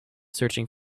searching